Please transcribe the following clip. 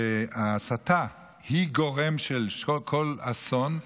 שההסתה היא הגורם לכל אסון,